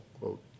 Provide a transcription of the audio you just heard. quote